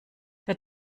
der